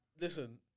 Listen